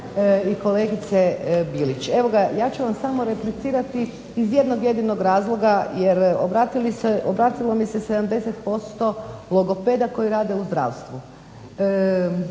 i kolegice Bilić. Ja ću vam samo replicirati iz jednog jedinog razloga jer obratilo mi se 70% logopeda koji rade u zdravstvu.